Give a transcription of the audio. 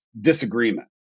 disagreement